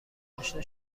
آشنا